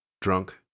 drunk